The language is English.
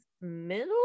middle